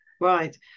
Right